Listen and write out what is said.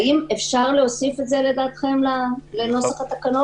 האם אפשר להוסיף את זה לנוסח התקנות,